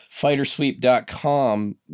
Fightersweep.com